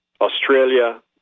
Australia